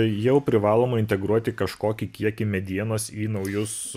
jau privaloma integruoti kažkokį kiekį medienos į naujus